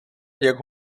jak